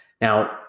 Now